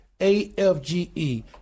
AFGE